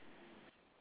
ah hello